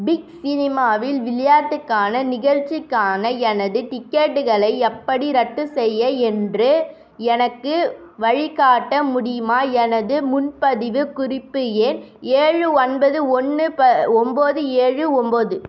big சினிமாவில் விளையாட்டுக்கான நிகழ்ச்சிக்கான எனது டிக்கெட்டுகளை எப்படி ரத்து செய்ய என்று எனக்கு வழிகாட்ட முடியுமா எனது முன்பதிவு குறிப்பு எண் ஏழு ஒன்பது ஒன்று ப ஒம்பது ஏழு ஒம்பது